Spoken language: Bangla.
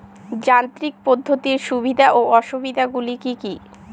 যান্ত্রিক পদ্ধতির সুবিধা ও অসুবিধা গুলি কি কি?